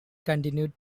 continued